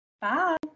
Bye